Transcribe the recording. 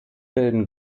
bilden